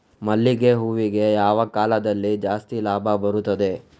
ಮಲ್ಲಿಗೆ ಹೂವಿಗೆ ಯಾವ ಕಾಲದಲ್ಲಿ ಜಾಸ್ತಿ ಲಾಭ ಬರುತ್ತದೆ?